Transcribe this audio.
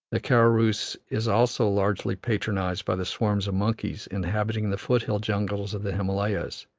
the karorus is also largely patronized by the swarms of monkeys inhabitating the foot-hill jungles of the himalayas